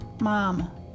mom